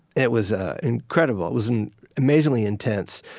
it was incredible. it was and amazingly intense.